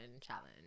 challenge